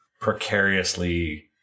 precariously